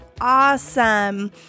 awesome